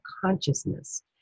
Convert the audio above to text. consciousness